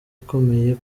ikomeye